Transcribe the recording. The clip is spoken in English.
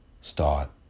start